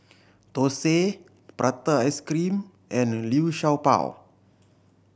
thosai prata ice cream and Liu Sha Bao